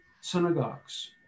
synagogues